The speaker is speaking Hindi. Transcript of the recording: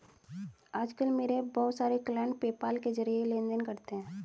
आज कल मेरे बहुत सारे क्लाइंट पेपाल के जरिये ही लेन देन करते है